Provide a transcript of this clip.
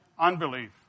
Unbelief